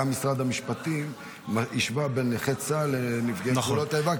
גם משרד המשפטים השווה בין נכי צה"ל לנפגעי פעולות האיבה,